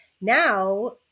now